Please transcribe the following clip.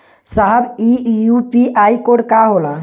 साहब इ UPI code का होला?